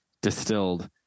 distilled